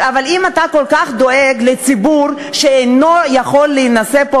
אם אתה כל כך דואג לציבור שאינו יכול להינשא פה,